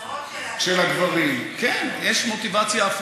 לצורך הכנסה לא מוכרות כמו ההוצאות של הגברים.